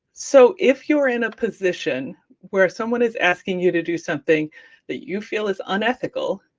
so, if you're in a position where someone is asking you to do something that you feel is unethical,